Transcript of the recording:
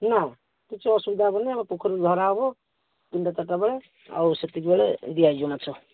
ନା କିଛି ଅସୁବିଧା ହେବନି ଆମ ପୋଖରୀରୁ ଧରା ହେବ ତିନିଟା ଚାରିଟା ବେଳେ ଆଉ ସେତିକି ବେଳେ ଦିଆ ହେଇଯିବ ମାଛ